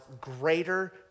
greater